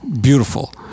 beautiful